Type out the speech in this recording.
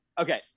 Okay